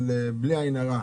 בלי עין הרע,